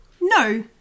no